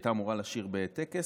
הייתה אמורה לשיר בטקס,